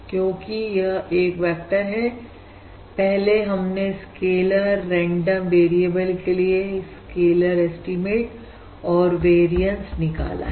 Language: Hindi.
क्योंकि यह एक वेक्टर है पहले हमने स्कैलर रेंडम वेरिएबल के लिए स्कैलर एस्टीमेट और वेरियनस निकाला है